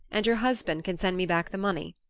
and your husband can send me back the money.